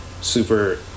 super